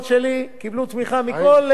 אתה מתחיל את הפריימריס כאן.